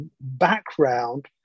background